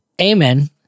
Amen